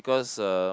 cause uh